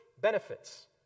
benefits